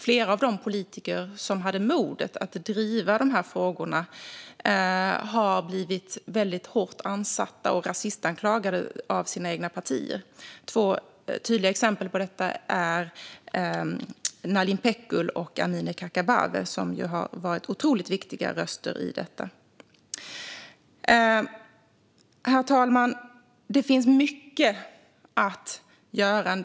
Flera av de politiker som hade modet att driva dessa frågor har blivit väldigt hårt ansatta och rasistanklagade av sina egna partier. Två tydliga exempel på detta är Nalin Pekgul och Amineh Kakabaveh, som har varit otroligt viktiga röster i det här. Herr talman! Det finns mycket att göra.